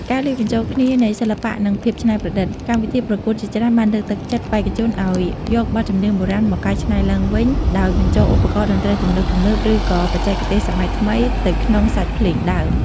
ការលាយបញ្ចូលគ្នានៃសិល្បៈនិងភាពច្នៃប្រឌិត កម្មវិធីប្រកួតជាច្រើនបានលើកទឹកចិត្តបេក្ខជនឲ្យយកបទចម្រៀងបុរាណមកកែច្នៃឡើងវិញដោយបញ្ចូលឧបករណ៍តន្ត្រីទំនើបៗឬក៏បច្ចេកទេសសម័យថ្មីទៅក្នុងសាច់ភ្លេងដើម។